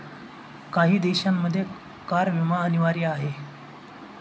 काही देशांमध्ये कार विमा अनिवार्य आहे